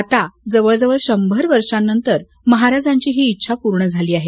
आता अखेर जवळ जवळ शभर वर्षांनंतर महाराजांची ही इच्छा पूर्ण झाली आहे